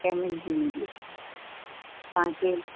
camel जी ईंदी आहे तव्हांखे